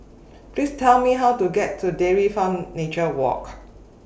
Please Tell Me How to get to Dairy Farm Nature Park